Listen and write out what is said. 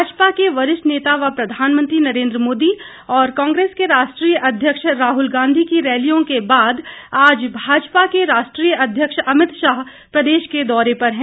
भाजपा के वरिष्ठ नेता व प्रधानमंत्री नरेन्द्र मोदी और कांग्रेस के राष्ट्रीय अध्यक्ष राहुल गांधी की रैलियों के बाद आज भाजपा के राष्ट्रीय अध्यक्ष अमित शाह प्रदेश के दौरे पर हैं